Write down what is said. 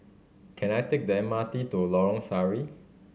can I take the M R T to Lorong Sari